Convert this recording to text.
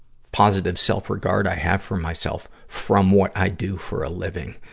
positive self-regard i have for myself from what i do for a living,